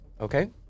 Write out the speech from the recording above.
Okay